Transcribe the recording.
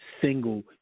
single